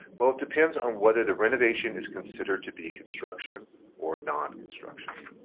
well it depends on whether the renovation is considered to be construction or non-construction.